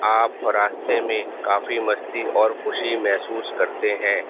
آپ راستے میں کافی مستی اور خوشی محسوس کرتے ہیں